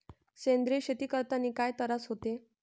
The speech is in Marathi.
सेंद्रिय शेती करतांनी काय तरास होते?